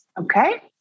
okay